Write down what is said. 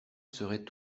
serait